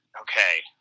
okay